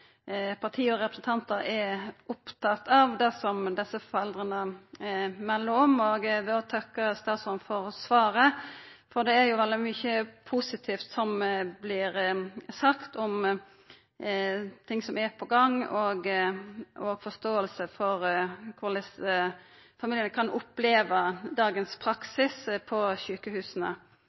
parti og representantar er opptatt av det som desse foreldra melder om. Eg vil òg takka statsråden for svaret, for det er veldig mykje positivt som vert sagt om ting som er på gang, med forståing for korleis familiane kan oppleva dagens praksis på sjukehusa.